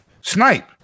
snipe